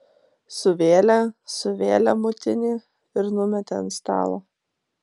suvėlė suvėlė mutinį ir numetė ant stalo